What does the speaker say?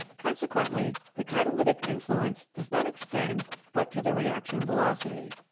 consequently the catalytic influence does not extend but to the reaction velocity.